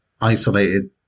isolated